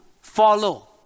follow